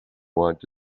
wanted